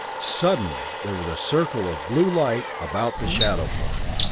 suddenly there was a circle of blue light about the shadow form,